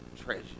treasure